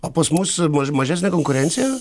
o pas mus maž mažesnė konkurencija